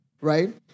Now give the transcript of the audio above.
right